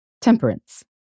temperance